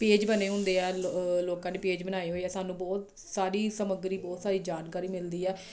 page ਬਣੇ ਹੁੰਦੇ ਆ ਲੋਕਾਂ ਨੇ ਪੇਜ਼ ਬਣਾਏ ਹੋਏ ਆ ਸਾਨੂੰ ਬਹੁਤ ਸਾਰੀ ਸਮੱਗਰੀ ਬਹੁਤ ਸਾਰੀ ਜਾਣਕਾਰੀ ਮਿਲਦੀ ਆ